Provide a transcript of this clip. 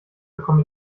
bekomme